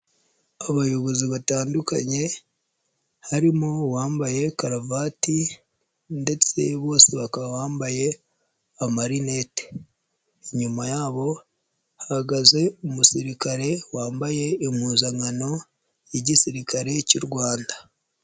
Abayobozi batandukanye harimo uwambaye karuvati ndetse bose bakaba bambaye amarinete, inyuma yabo hahagaze umusirikare wambaye impuzankano y'Igisirikare cy'u Rwanda.